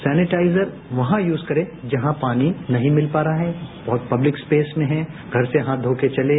sanitiser वहां use करें जहां पानी नहीं मिल पा रहा है बहत पब्लिक स्पेस में हैं घर से हाथ धोकर चलें